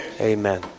amen